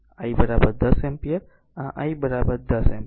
તેથી આ I 10 ampere આ I 10 એમ્પીયર